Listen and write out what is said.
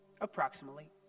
approximately